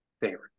favorite